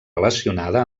relacionada